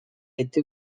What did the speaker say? été